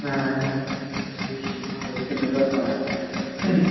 نہَ نہَ تہِ بَنہِ کِہیٖنٛۍ فیٖس چھُ بہٕ ہٮ۪وان